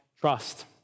trust